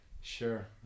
Sure